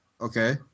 Okay